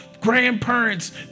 grandparents